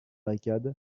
barricade